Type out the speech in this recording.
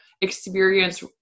experience